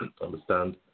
understand